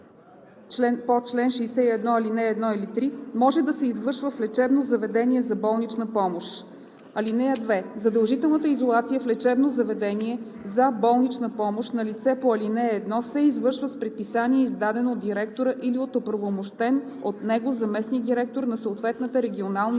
по чл. 61, ал. 1 или 3, може да се извършва в лечебно заведение за болнична помощ. (2) Задължителната изолация в лечебно заведение за болнична помощ на лице по ал. 1 се извършва с предписание, издадено от директора или от оправомощен от него заместник-директор на съответната регионална